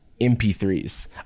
MP3s